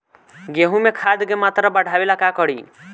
गेहूं में खाद के मात्रा बढ़ावेला का करी?